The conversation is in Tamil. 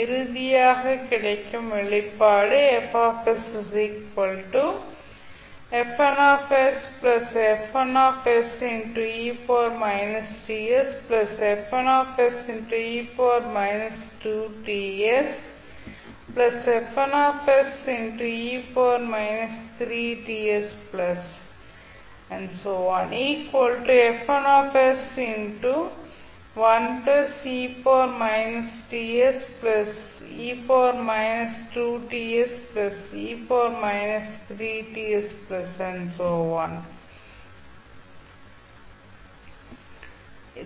இறுதியாக கிடைக்கும் வெளிப்பாடு